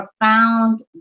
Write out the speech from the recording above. profound